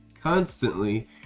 constantly